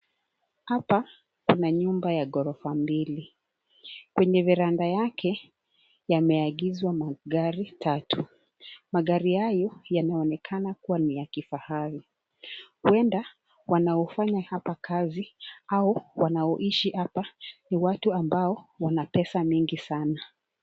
Hapa kuna nyumba ya ghorofa mbili. Kwenye veranda yake yameegezwa magari tatu. Magari hayyo yanaonekana kuwa ni ya kifahari. Huenda wanao fanya hapa kazi au wanaoishi hapa ni watu ambao wana pesa nyingi sana.